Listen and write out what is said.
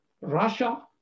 Russia